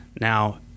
Now